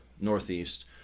Northeast